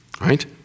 Right